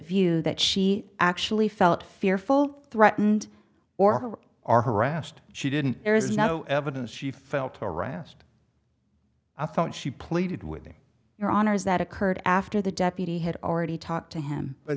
view that she actually felt fearful threatened or are harassed she didn't there is no evidence she felt harassed i thought she pleaded with your honor's that occurred after the deputy had already talked to him